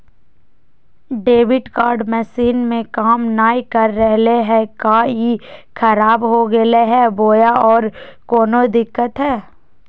Debit card machine में काम नाय कर रहले है, का ई खराब हो गेलै है बोया औरों कोनो दिक्कत है?